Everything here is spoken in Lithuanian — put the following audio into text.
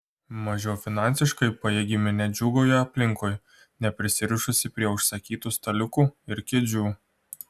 mažiau finansiškai pajėgi minia džiūgauja aplinkui neprisirišusi prie užsakytų staliukų ir kėdžių